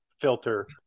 filter